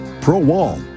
pro-wall